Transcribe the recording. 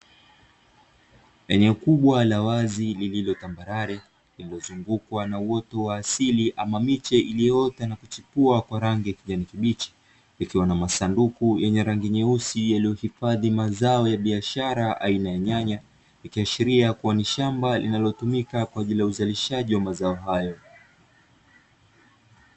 Eneo kubwa la wazi lililo tambarare lililozungukwa na uoto wa asili ama miche iliyoota na kuchipua kwa rangi ya kijani kibichi, ikiwa na masanduku yenye rangi nyeusi yaliyohifadhi mazao ya biashara aina ya nyanya, ikiashiria kuwa ni shamba linalotumika kwa ajili ya uzalishaji wa mazao hayo.